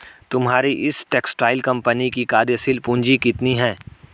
तुम्हारी इस textile company की कार्यशील पूंजी कितनी है?